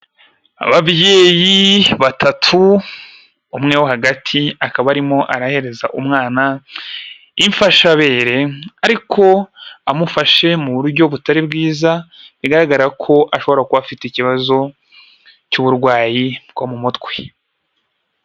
Abayeyi batatu umwe wo hagati akaba arimo arahereza umwana imfashabere, ariko amufashe mu buryo butari bwiza bigaragara ko ashobora kuba afite ikibazo cy'uburwayi bwo mu mutwe.